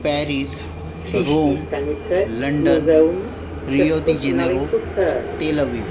Paris Rome London Rio de Janeiro Tel Aviv